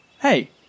Hey